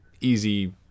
easy